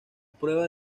prueba